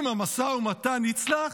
אם המשא ומתן יצלח,